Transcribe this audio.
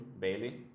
Bailey